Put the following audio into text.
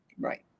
Right